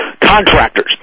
contractors